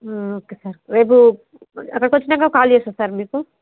okay sir రేపు అక్కడికొచ్ఛాకా call చేస్తాను సార్ మీకు